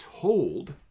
told